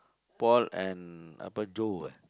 paul and apa Joe ah